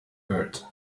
birds